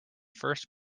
first